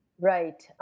Right